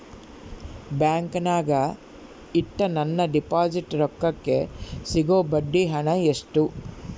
ಬ್ಯಾಂಕಿನಾಗ ಇಟ್ಟ ನನ್ನ ಡಿಪಾಸಿಟ್ ರೊಕ್ಕಕ್ಕೆ ಸಿಗೋ ಬಡ್ಡಿ ಹಣ ಎಷ್ಟು?